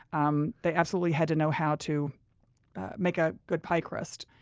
um they absolutely had to know how to make a good pie crust,